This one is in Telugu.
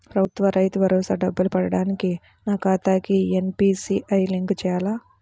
ప్రభుత్వ రైతు భరోసా డబ్బులు పడటానికి నా ఖాతాకి ఎన్.పీ.సి.ఐ లింక్ చేయాలా?